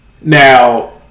Now